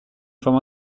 forme